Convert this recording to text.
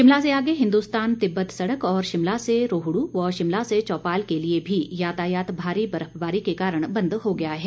शिमला से आगे हिन्दुस्तान तिब्बत सड़क और शिमला से रोहडू व शिमला से चौपाल के लिए भी यातायात भारी बर्फबारी के कारण बंद हो गया है